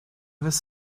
was